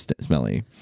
smelly